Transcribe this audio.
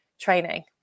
training